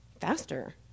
faster